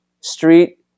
Street